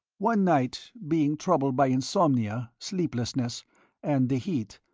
one night, being troubled by insomnia sleeplessness and the heat,